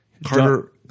Carter